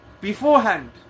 beforehand